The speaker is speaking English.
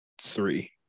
three